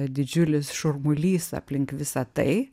didžiulis šurmulys aplink visą tai